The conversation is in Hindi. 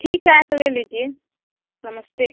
ठीक है आ के ले लीजिए नमस्ते